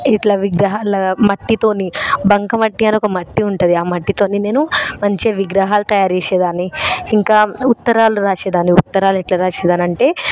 ఇట్ల విగ్రహాలలాగా మట్టితోనీ బంక మట్టి అని ఒక మట్టి ఉంటుంది ఆ మట్టితో నేను మంచి విగ్రహాలు తయారుచేసేదాన్ని ఇంకా ఉత్తరాలు రాసేదాన్ని ఉత్తరాలు ఎట్లా రాసేదాన్ని అంటే